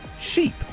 sheep